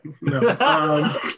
no